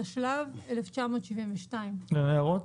התשל"ב 1972‏"; האם יש למישהו הערות?